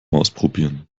ausprobieren